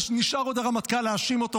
נשאר עוד הרמטכ"ל להאשים אותו,